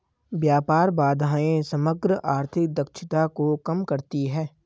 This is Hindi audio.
व्यापार बाधाएं समग्र आर्थिक दक्षता को कम करती हैं